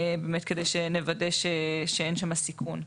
באמת כדי שנוודא שאין שם סיכון.